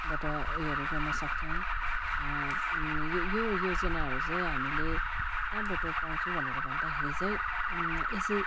बाट उयोहरू गर्न सक्छौँ यो यो योजनाहरू चाहिँ हामीले कहाँबट पाउँछौँ भनेर भन्दाखेरि चाहिँ एसै